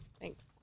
thanks